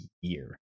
year